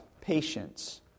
patience